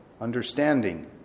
understanding